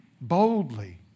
boldly